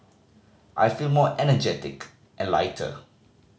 I feel more energetic and lighter